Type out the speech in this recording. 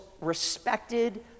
respected